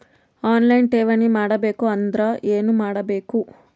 On line ಠೇವಣಿ ಮಾಡಬೇಕು ಅಂದರ ಏನ ಮಾಡಬೇಕು?